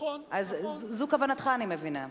זו כוונתך, אני מבינה.